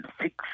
six